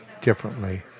differently